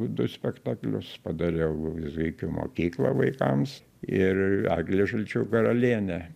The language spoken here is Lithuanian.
du spektaklius padariau reik į mokyklą vaikams ir eglė žalčių karalienė